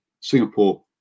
Singapore